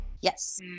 yes